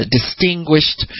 distinguished